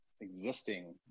existing